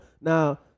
Now